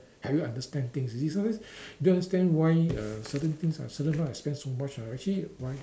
help you understand things you see sometimes do you understand why uh certain things uh certain expense I spend so much ah actually why